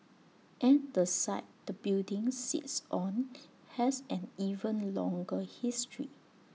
and the site the building sits on has an even longer history